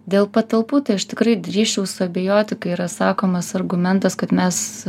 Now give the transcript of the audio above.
dėl patalpų tai aš tikrai drįsčiau suabejoti kai yra sakomas argumentas kad mes